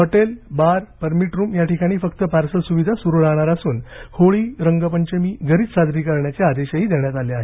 hotel bar permit room याठिकाणी फक्त parcel सुविधा सुरू राहणार असून होळी रंगपंचमी घरीच साजरे करण्याचे आदेशही देण्यात आले आहेत